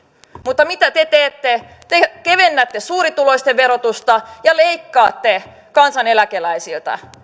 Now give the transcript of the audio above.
mutta mitä te teette te kevennätte suurituloisten verotusta ja leikkaatte kansaneläkeläisiltä